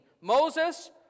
Moses